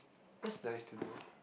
that's nice to do